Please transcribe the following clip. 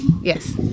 Yes